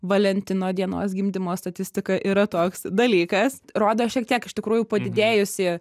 valentino dienos gimdymo statistika yra toks dalykas rodo šiek tiek iš tikrųjų padidėjusį